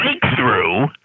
breakthrough